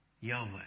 Yahweh